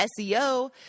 SEO